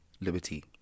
liberty